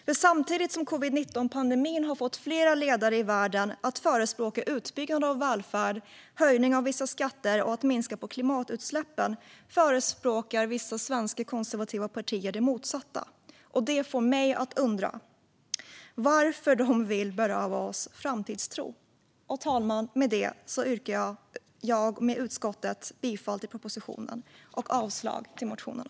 För samtidigt som covid-19-pandemin har fått flera ledare i världen att förespråka utbyggnad av välfärd, höjning av vissa skatter och minskning av klimatutsläppen förespråkar vissa svenska konservativa partier det motsatta. Det får mig att undra varför de vill beröva oss framtidstron. Fru talman! Med det yrkar jag för utskottet bifall till propositionen och avslag på motionerna.